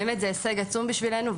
זה הישג עצום בשבילנו.